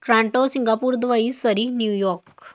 Toronto Singapore Dubai Surrey New York